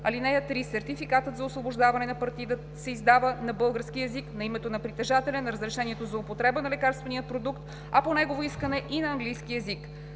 (3) Сертификатът за освобождаване на партида се издава на български език на името на притежателя на разрешението за употреба на лекарствения продукт, а по негово искане – и на английски език.